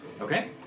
Okay